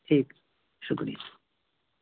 ٹھیک شکریہ